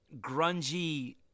grungy